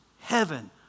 Heaven